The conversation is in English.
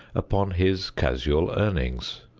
upon his casual earnings.